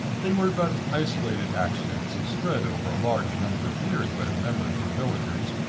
they were but isolated accidents, spread over a large number of years by the memory of the villagers,